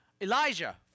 Elijah